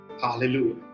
Hallelujah